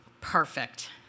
Perfect